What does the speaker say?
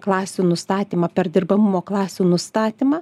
klasių nustatymą perdirbamo klasių nustatymą